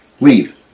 leave